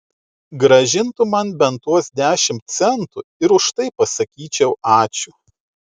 grąžintų man bent tuos dešimt centų ir už tai pasakyčiau ačiū